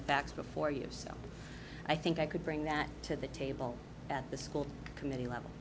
the facts before you so i think i could bring that to the table at the school committee level